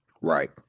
right